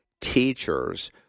teachers